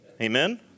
Amen